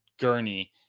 gurney